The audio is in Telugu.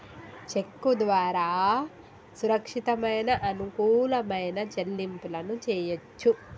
చెక్కు ద్వారా సురక్షితమైన, అనుకూలమైన చెల్లింపులను చెయ్యొచ్చు